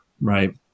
right